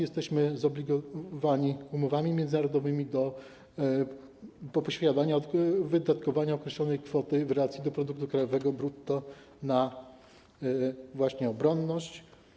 Jesteśmy zobligowani umowami międzynarodowymi do wydatkowania określonej kwoty w relacji do produktu krajowego brutto właśnie na obronność.